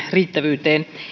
riittävyyteen